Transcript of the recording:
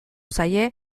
zaie